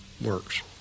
works